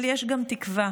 אבל יש גם תקווה.